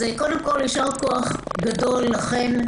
קודם כול, יישר כוח גדול לכן,